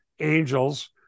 angels